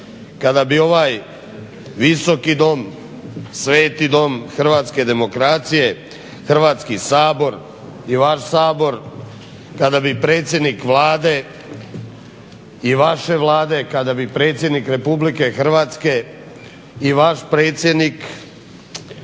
kada bi ovaj Visoki dom, sveti dom hrvatske demokracije Hrvatski sabor i vaš Sabor, kada bi predsjednik Vlade i vaše Vlade, kada bi predsjednik Republike Hrvatske i vaš predsjednik,